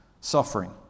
suffering